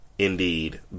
indeed